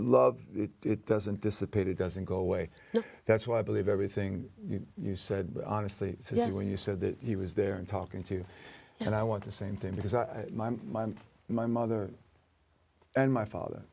love it it doesn't dissipate it doesn't go away that's why i believe everything you said but honestly yes when you said that he was there and talking to you and i want the same thing because i my mind my mother and my father